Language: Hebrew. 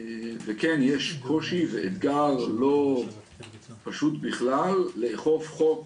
וכן, יש קושי ואתגר לא פשוט בכלל לאכוף חוק